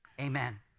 Amen